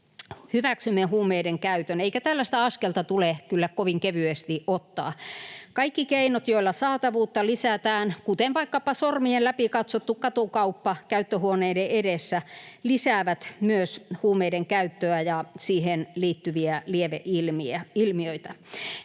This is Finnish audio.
hyväksymme huumeiden käytön, eikä tällaista askelta tule kyllä kovin kevyesti ottaa. Kaikki keinot, joilla saatavuutta lisätään, kuten sormien läpi katsottu katukauppa käyttöhuoneiden edessä, lisäävät myös huumeiden käyttöä ja siihen liittyviä lieveilmiöitä.